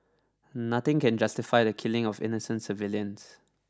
nothing can justify the killing of innocent civilians